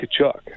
Kachuk